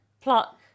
pluck